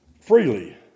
freely